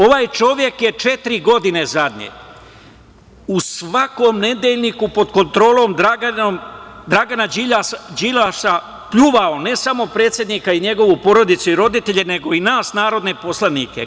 Ovaj čovek je četiri godine zadnje u svakom Nedeljniku, pod kontrolom Dragana Đilasa, pljuvao ne samo predsednika i njegovu porodicu i roditelje, nego i nas narodne poslanike.